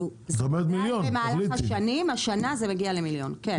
זה במהלך השנים, השנה זה מגיע ל- 1 מיליון, כן.